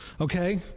Okay